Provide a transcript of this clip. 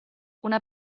una